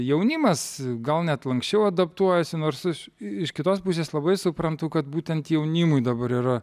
jaunimas gal net lanksčiau adaptuojasi nors iš kitos pusės labai suprantu kad būtent jaunimui dabar yra